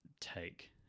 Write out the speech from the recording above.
take